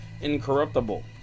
Incorruptible